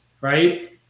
right